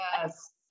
Yes